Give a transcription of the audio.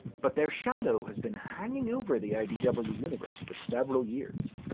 but their shadow has been hanging over the idw universe for several years.